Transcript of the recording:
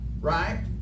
right